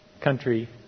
country